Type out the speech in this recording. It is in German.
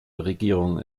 regierung